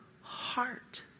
heart